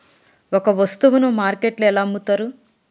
ఒక వస్తువును మార్కెట్లో ఎలా అమ్ముతరు?